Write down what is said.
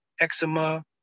eczema